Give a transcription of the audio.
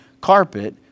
carpet